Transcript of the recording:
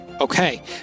Okay